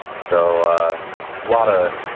so lot of